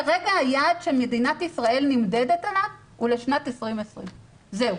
כרגע היעד שמדינת ישראל נמדדת עליו הוא לשנת 2020. תודה.